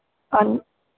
ਹਾਂ